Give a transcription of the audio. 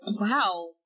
Wow